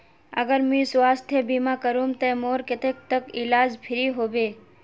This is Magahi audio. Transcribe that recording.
अगर मुई स्वास्थ्य बीमा करूम ते मोर कतेक तक इलाज फ्री होबे?